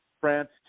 France